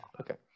Okay